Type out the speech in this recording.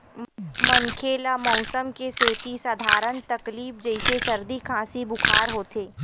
मनखे ल मउसम के सेती सधारन तकलीफ जइसे सरदी, खांसी, बुखार होथे